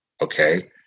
okay